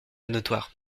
notoires